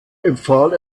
empfahl